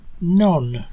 None